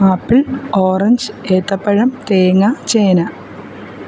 apple orange ഏത്തപ്പഴം തേങ്ങ ചേന